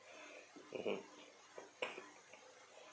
mmhmm